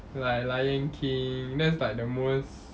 like lion king that's like the most